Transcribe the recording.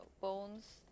bones